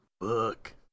Book